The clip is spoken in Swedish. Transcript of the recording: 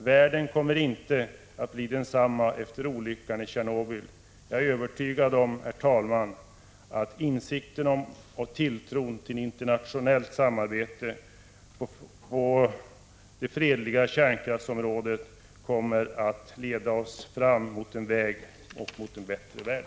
Världen kommer inte att bli densamma efter olyckan i Tjernobyl. Herr talman! Jag är övertygad om att insikten om och tilltron till internationellt samarbete på den fredliga kärnkraftens område kommer att visa vägen mot en bättre värld.